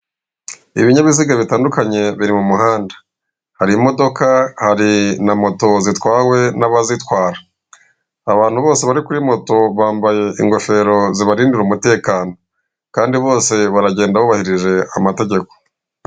Ibinyabiziga bitandukanye biri mu muhanda hari imodoka hari na moto zitwawe n'abazitwara, abantu bose bari kuri moto bambaye ingofero zibarindira umutekano kandi bose baragenda bubahirije amategeko.